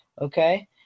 okay